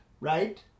right